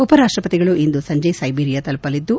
ಉಪರಾಷ್ವಪತಿಗಳು ಇಂದು ಸಂಜೆ ಸೈಬಿರಿಯಾ ತಲುಪಲಿದ್ದು